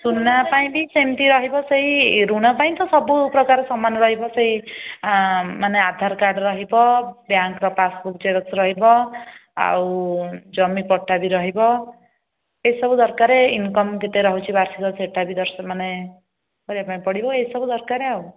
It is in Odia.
ସୁନା ପାଇଁ ବି ସେମିତି ରହିବ ସେହି ଋଣ ପାଇଁ ତ ସବୁ ପ୍ରକାର ସମାନ ରହିବ ସେହି ମାନେ ଆଧାର କାର୍ଡ଼ ରହିବ ବ୍ୟାଙ୍କର ପାସବୁକ୍ ଜେରକ୍ସ ରହିବ ଆଉ ଜମି ପଟ୍ଟା ବି ରହିବ ଏସବୁ ଦରକାର ଇନ୍କମ୍ କେତେ ରହୁଛି ବାର୍ଷିକ ସେଟା ବି ଦର୍ଶ ମାନେ କରିବା ପାଇଁ ପଡ଼ିବ ଏସବୁ ଦରକାର ଆଉ